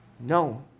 No